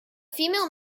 female